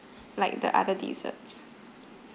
like the other desserts